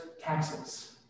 taxes